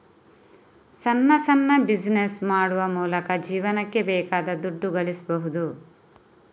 ಸಣ್ಣ ಸಣ್ಣ ಬಿಸಿನೆಸ್ ಮಾಡುವ ಮೂಲಕ ಜೀವನಕ್ಕೆ ಬೇಕಾದ ದುಡ್ಡು ಗಳಿಸ್ಬಹುದು